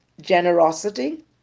generosity